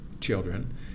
children